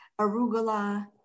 arugula